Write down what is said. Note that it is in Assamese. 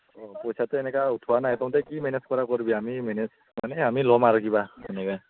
অঁ পইচাটো এনেকে উঠোৱা নাই তহঁতে কি মেনেজ ক'ৰ কৰিবি আমি মেনেজ মানে আমি ল'ম আৰু সেনেকে